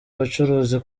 bacuruzi